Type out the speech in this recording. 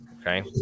Okay